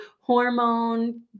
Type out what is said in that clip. hormone